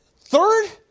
third